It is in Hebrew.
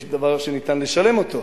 יש דבר שניתן לשלם אותו,